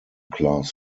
class